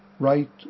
right